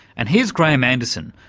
and here's graeme anderson,